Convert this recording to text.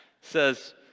says